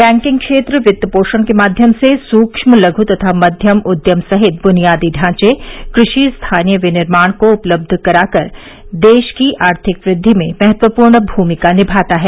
banking क्षेत्र वित्त पोषण के माध्यम से सूक्ष्म लघ् तथा मध्यम उद्यम सहित बुनियादी ढांचे कृषि स्थानीय विनिर्माण को ऋण उपलब्ध कराकर देश की आर्थिक वृद्धि में महत्वपूर्ण भूमिका निभाता है